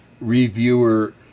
reviewer